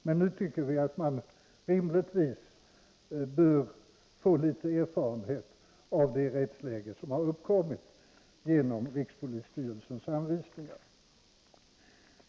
Men nu tycker vi att man rimligtvis bör få litet erfarenhet, i det rättsläge som har uppkommit genom rikspolisstyrelsens anvisningar.